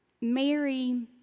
Mary